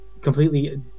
completely